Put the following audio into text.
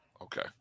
Okay